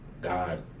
God